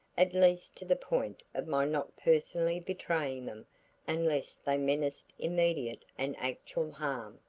at least to the point of my not personally betraying them unless they menaced immediate and actual harm.